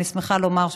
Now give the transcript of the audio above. אני שמחה לומר,